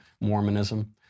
Mormonism